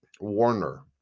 warner